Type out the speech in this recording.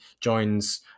joins